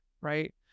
right